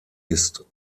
ist